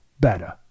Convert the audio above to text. better